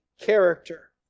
character